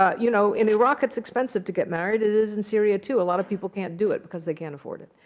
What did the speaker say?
ah you know in iraq, it's expensive to get married. it is in syria, too. a lot of people can't do it, because they can't afford it.